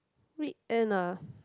weekend ah